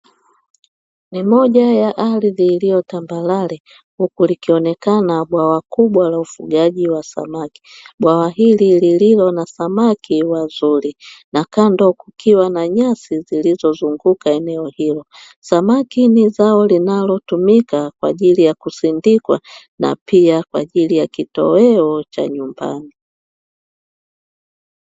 Ni moja ya ardhi iliyo tambarare huku likionekana bwawa kubwa la ufugaji wa samaki. Bwawa hili lililo na samaki wazuri na kando kukiwa na nyasi zilizozunguka eneo hilo. Samaki ni zao linalotumika kwa ajili ya kusindikwa na pia kwa ajili ya kitoweo cha nyumbani.